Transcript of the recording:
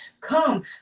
come